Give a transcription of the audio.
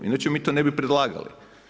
Inače mi to ne bi predlagali.